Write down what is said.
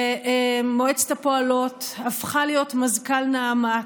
במועצת הפועלות, הפכה להיות מזכ"ל נעמת.